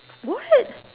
what